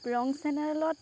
ৰং চেনেলত